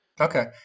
Okay